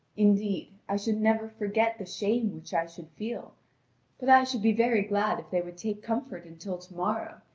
indeed, i should never forget the shame which i should feel but i should be very glad if they would take comfort until to-morrow,